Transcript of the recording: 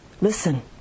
Listen